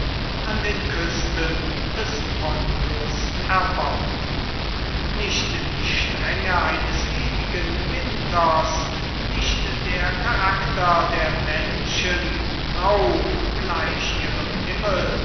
an den küsten des pontus erbaut nicht die strenge eines ewigen winters nicht der charakter der menschen rauh gleich ihrem himmel